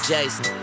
Jason